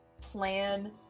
plan